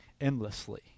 endlessly